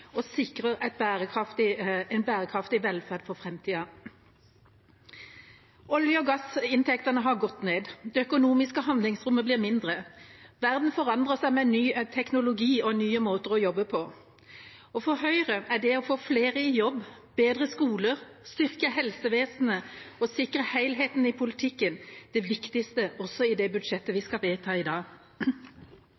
og sikrer en bærekraftig velferd for framtida. Olje- og gassinntektene har gått ned. Det økonomiske handlingsrommet blir mindre. Verden forandrer seg med ny teknologi og nye måter å jobbe på. For Høyre er det å få flere i jobb, bedre skole, styrke helsevesenet og sikre helheten i politikken det viktigste også i det budsjettet vi